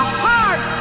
heart